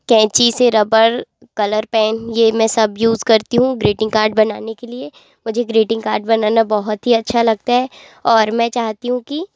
कैंची से rubber colour pen ये मैं सब यूज़ करती हूँ ग्रीटिंग कार्ड बनाने के लिए मुझे ग्रीटिंग कार्ड बनाना बहुत ही अच्छा लगता है और मैं चाहती हूँ कि